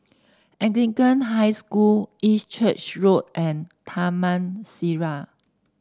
Anglican High School East Church Road and Taman Sireh